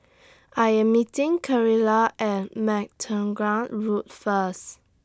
I Am meeting At Road First